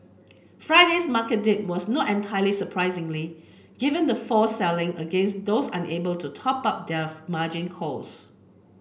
Friday's market dip was not entirely surprising given the forced selling against those unable to top up their margin calls